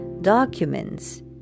documents